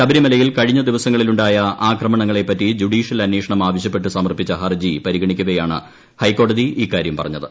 ശബരിമലയിൽ കഴിഞ്ഞ ദിവസങ്ങളിലുണ്ടായ ആക്രമണങ്ങളെപ്പറ്റി ജുഡീഷ്യൽ അന്വേഷണം ആവശ്യപ്പെട്ട് സമർപ്പിച്ച ഹർജി പരിഗണിക്കവേയാണ് ഹൈക്കോടതി ഇക്കാര്യം പറഞ്ഞത്